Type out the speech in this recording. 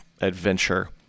adventure